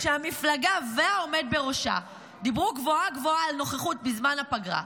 כשהמפלגה והעומד בראשה דיברו גבוהה-גבוהה על נוכחות בזמן הפגרה,